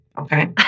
okay